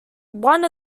one